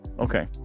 Okay